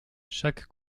chaque